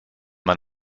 man